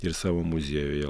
ir savo muziejuje